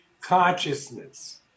Consciousness